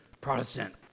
Protestant